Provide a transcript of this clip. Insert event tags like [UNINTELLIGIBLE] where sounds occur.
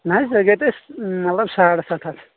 نہٕ حظ [UNINTELLIGIBLE] مطلب ساڑ سَتھ ہَتھ